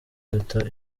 d’etat